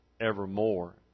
evermore